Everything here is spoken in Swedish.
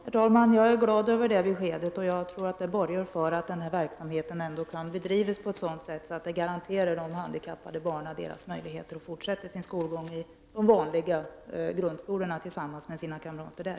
Herr talman! Jag är glad över det beskedet, och jag tror att det borgar för att denna verksamhet kan bedrivas på ett sådant sätt att det garanterar de handikappade barnen möjligheter att fortsätta sin skolgång i de vanliga grundskolorna tillsammans med sina kamrater där.